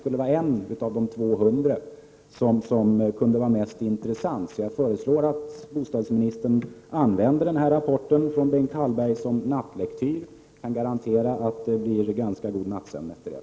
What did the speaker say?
Den är kanske en av 200 som kunde vara mest intressant. Jag föreslår därför att bostadsministern har rapporten från Bengt Hallberg som nattlektyr. Jag kan garantera att det blir ganska god nattsömn efter det.